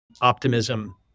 optimism